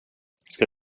ska